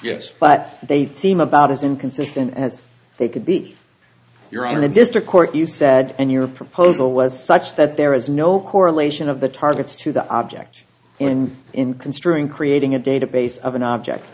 yes but they seem about as inconsistent as they could be you're in a district court you said and your proposal was such that there is no correlation of the targets to the object in in construing creating a database of an object